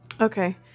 Okay